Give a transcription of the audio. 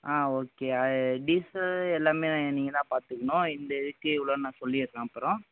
ஆ okay அது diesel எல்லாம் நீங்கள் தான் பார்த்துக்கணும் இந்த இதுக்கு இவ்வளோனு சொல்லிடுறேன் அப்புறம்